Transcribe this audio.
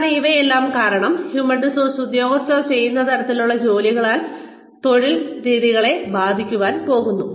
കൂടാതെ ഇവയെല്ലാം കാരണം ഹ്യൂമൻ റിസോഴ്സ് ഉദ്യോഗസ്ഥർ ചെയ്യുന്ന തരത്തിലുള്ള ജോലികളാൽ തൊഴിൽ രീതികളെ ബാധിക്കാൻ പോകുന്നു